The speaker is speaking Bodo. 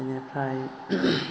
बेनिफ्राय